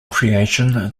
creation